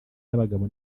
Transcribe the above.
y’abagabo